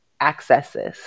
accesses